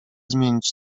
zmienić